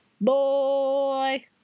Boy